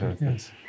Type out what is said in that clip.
yes